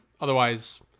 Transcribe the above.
Otherwise